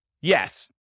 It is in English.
Yes